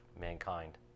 mankind